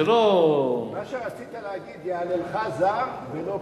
זה לא, מה שרצית להגיד, יהללך זר ולא פיך.